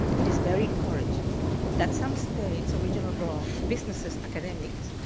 it is very encouraging that some states, original blogs, businesses, academics,